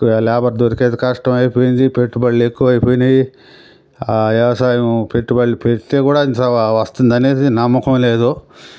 ఇక్కడ లేబర్ దొరికేది కష్టం అయిపోయింది పెట్టుబడులు ఎక్కువ అయిపోయినాయి ఆ వ్యవసాయం పెట్టుబడులు పెడితే కూడా వస్తుంది అనేది నమ్మకం లేదు